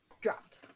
dropped